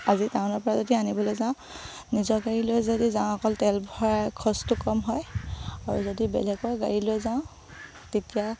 আজি টাউনৰপৰা যদি আনিবলৈ যাওঁ নিজৰ গাড়ী লৈ যদি যাওঁ অকল তেল ভৰাই খৰচটো কম হয় আৰু যদি বেলেগৰ গাড়ী লৈ যাওঁ তেতিয়া